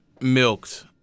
milked